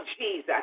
Jesus